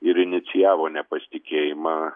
ir inicijavo nepasitikėjimą